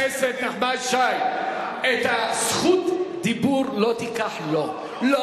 אני לא מאמין שחבר כנסת מדבר ככה.